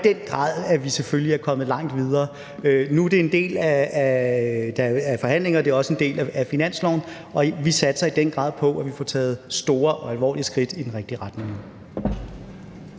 i den grad, at vi er kommet langt videre. Nu er det en del af forhandlingerne, og det er også en del af finansloven, og vi satser i den grad på at få taget store og alvorlige skridt i den rigtige retning.